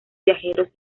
viajeros